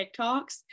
TikToks